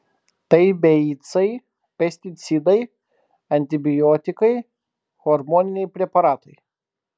tai beicai pesticidai antibiotikai hormoniniai preparatai